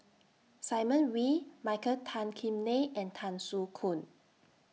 Simon Wee Michael Tan Kim Nei and Tan Soo Khoon